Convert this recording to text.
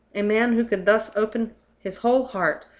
a man who could thus open his whole heart,